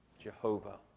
Jehovah